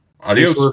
adios